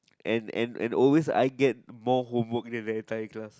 and and and always I get more homework than entire class